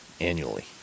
annually